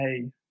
hey